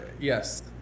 Yes